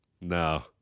No